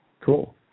Cool